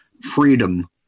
freedom